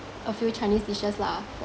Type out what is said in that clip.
a few chinese dishes lah